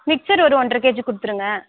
mixer ஒரு ஒன்றை KG கொடுத்துருங்க